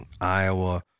Iowa